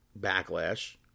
Backlash